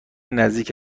نزدیک